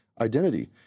identity